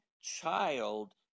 child